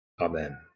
Amen